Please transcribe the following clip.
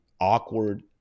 awkward